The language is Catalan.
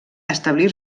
establir